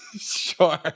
Sure